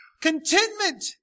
Contentment